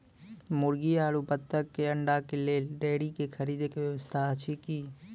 मुर्गी आरु बत्तक के अंडा के लेल डेयरी के खरीदे के व्यवस्था अछि कि?